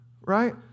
right